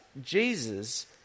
Jesus